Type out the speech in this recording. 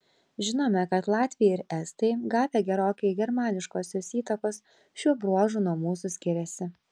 žinome kad latviai ir estai gavę gerokai germaniškosios įtakos šiuo bruožu nuo mūsų skiriasi